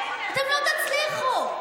אתם לא תצליחו.